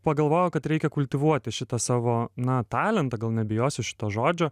pagalvojau kad reikia kultivuoti šitą savo na talentą gal nebijosiu šito žodžio